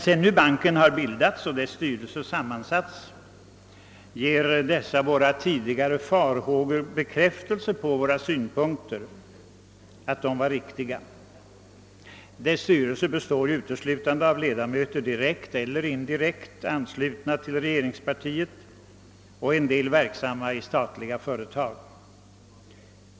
Sedan nu banken bildats och dess styrelse sammansatts, ger detta bekräftelse på att våra farhågor var riktiga. Bankens styrelse består uteslutande av ledamöter direkt eller indirekt anslutna till regeringspartiet. En del av styrelsens medlemmar är verksamma i statliga företag.